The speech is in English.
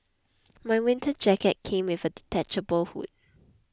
my winter jacket came with a detachable hood